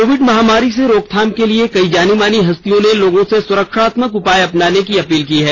Covid महामारी से रोकथाम के लिए कई जानीमानी हस्तियों ने लोगों से सुरक्षात्मक उपाय अपनाने की अपील की है